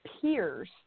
peers